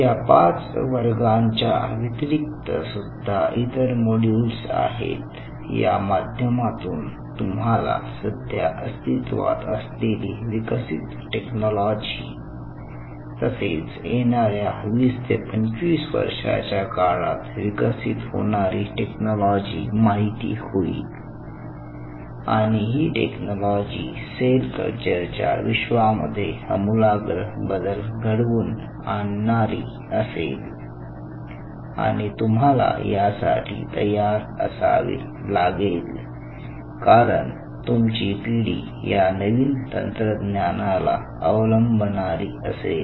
या 5 वर्गांच्या व्यतिरिक्त सुद्धा इतर मोड्यूल्स आहेत या माध्यमातून तुम्हाला सध्या अस्तित्वात असलेली विकसित टेक्नॉलॉजी तसेच येणाऱ्या वीस ते पंचवीस वर्षाच्या काळात विकसित होणारी टेक्नॉलॉजी माहिती होईल आणि ही टेक्नॉलॉजी सेल कल्चरच्या विश्वामध्ये अमुलाग्र बदल घडवून आणणारी असेल आणि तुम्हाला यासाठी तयार असावे लागेल कारण तुमची पिढी या नवीन तंत्रज्ञानाला अवलंबनारी असेल